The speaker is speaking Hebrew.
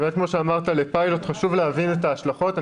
כמו שאמרת לגבי הפיילוט כי חשוב להבין את ההשלכות.